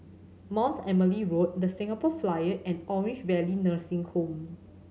Mount Emily Road The Singapore Flyer and Orange Valley Nursing Home